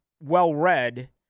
well-read